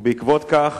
ובעקבות כך